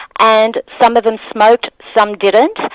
and some of them smoked, some didn't,